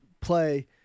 play